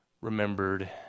remembered